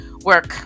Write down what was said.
work